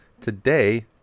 today